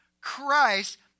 Christ